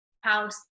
house